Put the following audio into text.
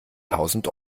tausend